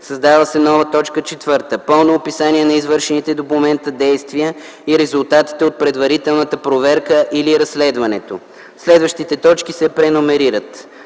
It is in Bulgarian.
създава се нова т. 4: „пълно описание на извършените до момента действия и резултатите от предварителната проверка или разследването”; - следващите точки се преномерират;